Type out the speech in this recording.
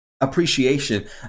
appreciation